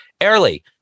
early